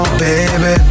baby